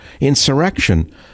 insurrection